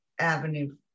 avenue